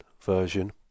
version